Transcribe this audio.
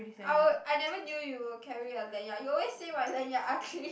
I'll I never knew you'll carry a lanyard you always say my lanyard ugly